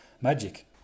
magic